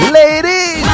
ladies